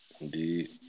Indeed